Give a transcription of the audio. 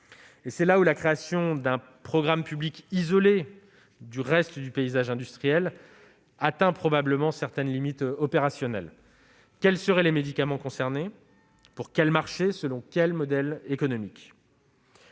C'est là où la création d'un programme public isolé du reste du paysage industriel atteindrait certaines limites opérationnelles. Quels seraient les médicaments concernés ? Pour quel marché ? Selon quel modèle économique ?